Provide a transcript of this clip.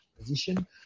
position